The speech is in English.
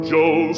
Joe